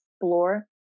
explore